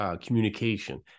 communication